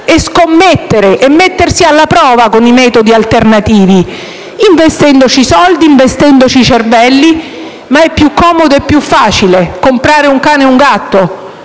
scommettere e mettersi alla prova con i metodi alternativi, investendo soldi e cervelli. È più comodo e più facile comprare un cane o un gatto,